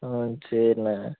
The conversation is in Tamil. ம் சரிண்ணே